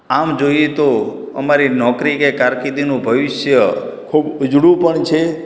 આમ જોઈએ તો અમારી નોકરી કે કારકિર્દીનું ભવિષ્ય ખૂબ ઉજળું પણ છે